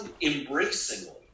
embracingly